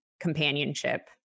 companionship